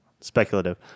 speculative